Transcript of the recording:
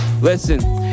Listen